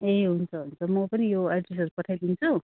ए हुन्छ हुन्छ म पनि यो एड्रेसहरू पठाइदिन्छु